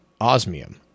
osmium